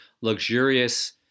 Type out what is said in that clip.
luxurious